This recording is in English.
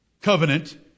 Covenant